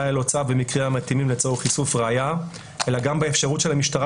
ללא צו במקרים המתאימים לצורך איסוף ראיה אלא גם באפשרות של המשטרה